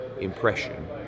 impression